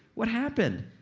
what happened?